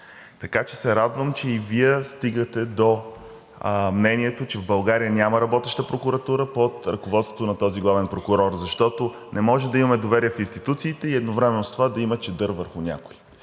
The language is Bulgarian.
Така че се радвам, че и Вие стигате до мнението, че в България няма работеща прокуратура под ръководството на този главен прокурор. Защото не може да имаме доверие в институциите и едновременно с това да има чадър върху някого.